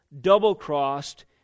double-crossed